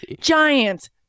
Giants